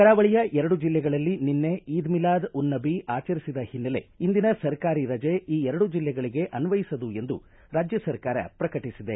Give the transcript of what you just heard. ಕರಾವಳಿಯ ಎರಡು ಜಿಲ್ಲೆಗಳಲ್ಲಿ ನಿನ್ನೆ ಈದ್ ಮಿಲಾದ್ ಉನ್ ನಬಿ ಆಚರಿಸಿದ ಹಿನ್ನೆಲೆ ಇಂದಿನ ಸರ್ಕಾರಿ ರಜೆ ಈ ಎರಡು ಜಿಲ್ಲೆಗಳಿಗೆ ಅನ್ವಯಿಸದು ಎಂದು ರಾಜ್ಜ ಸರ್ಕಾರ ಪ್ರಕಟಿಸಿದೆ